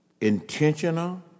intentional